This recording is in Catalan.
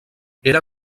era